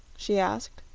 she asked.